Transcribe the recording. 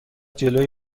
جلوی